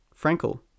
Frankel